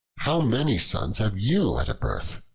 how many sons have you at a birth?